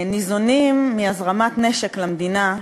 ניזונים מהזרמת נשק למדינה,